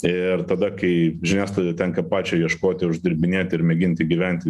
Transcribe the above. ir tada kai žiniasklaidai tenka pačiai ieškoti uždirbinėti ir mėginti gyventi